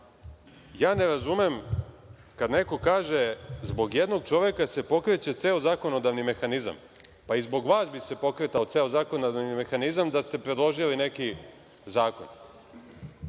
razumem kada neko kaže – zbog jednog čoveka se pokreće ceo zakonodavni mehanizam, pa i zbog vas bi se pokretao ceo zakonodavni mehanizam da ste predložili neki zakon.